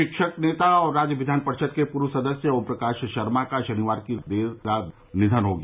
शिक्षक नेता और राज्य विधान परिषद के पूर्व सदस्य ओम प्रकाश शर्मा का शनिवार की देर रात निधन हो गया